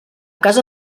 casa